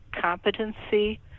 competency